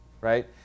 right